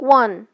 one